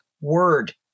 word